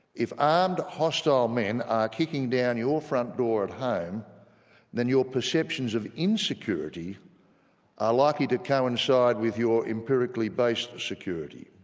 if armed, hostile men are kicking down your front door at home then your perceptions of insecurity are likely to coincide with your empirically based security.